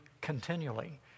continually